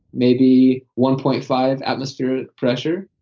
maybe one point five atmospheric pressure,